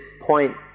point